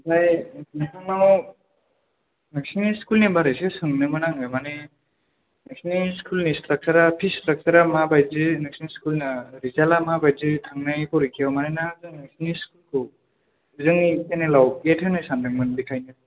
ओमफ्राय नोंथांनाव नोंसोरनि स्कुल नि बागैसो सोंनोमोन आङो मानि नोंसोरनि स्कुल नि स्ट्राकसारा फिच स्ट्राकसारा माबादि नोंसोरनि स्कुल ना रिजाल्टा माबादि थांनाय फरिखायाव मानोना जों नोंसोरनि स्कुल खौ जोंनि चेनेलाव एड होनो सानदोंमोन बेखायनो